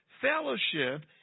fellowship